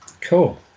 Cool